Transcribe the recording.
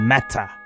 Matter